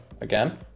again